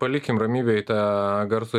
palikim ramybėj tą garso